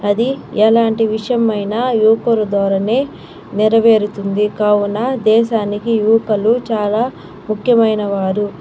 అది ఎలాంటి విషమైనా యువకుల ద్వారానే నెరవేరుతుంది కావున దేశానికి యువకులు చాలా ముఖ్యమైనవారు